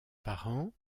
parents